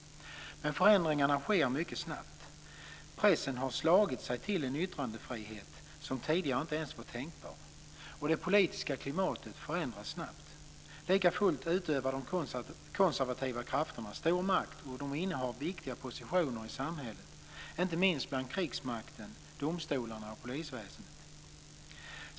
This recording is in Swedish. Förändringarna sker mycket snabbt. Pressen har slagit sig till en yttrandefrihet som tidigare inte ens var tänkbar. Det politiska klimatet förändras snabbt. Likafullt utövar de konservativa krafterna stor makt och innehar viktiga positioner i samhället - inte minst bland krigsmakten, domstolarna och polisväsendet.